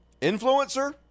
influencer